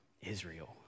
Israel